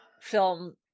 film